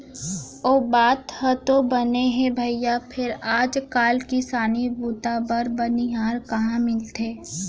ओ बात ह तो बने हे भइया फेर आज काल किसानी बूता बर बनिहार कहॉं मिलथे?